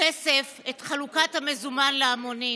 הכסף בחלוקת המזומן להמונים.